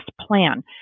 plan